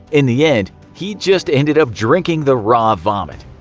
in the end he just ended up drinking the raw vomit.